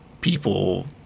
people